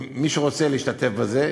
מי שרוצה להשתתף בזה,